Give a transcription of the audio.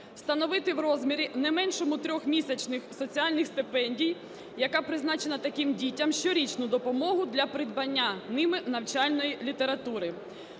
встановити в розмірі не меншому 3-місячних соціальних стипендій, яка призначена таким дітям, щорічну допомогу для придбання ними навчальної літератури.